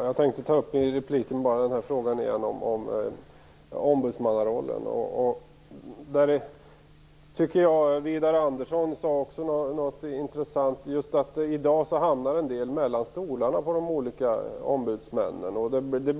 Fru talman! Jag tänkte bara ta upp frågan om ombudsmannarollen. Widar Andersson sade en intressant sak, att en del människor hamnar mellan stolarna när det gäller de olika ombudsmännen.